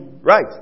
Right